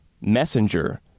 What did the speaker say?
messenger